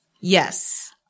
Yes